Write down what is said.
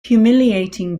humiliating